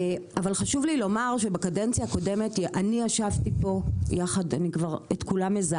אבל חשוב לי לומר שבקדנציה הקודמת ישבתי פה יחד עם כולם,